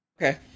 Okay